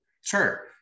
Sure